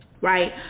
Right